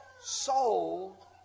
soul